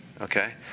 okay